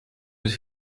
mit